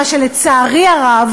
מה שלצערי הרב